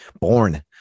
born